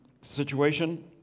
situation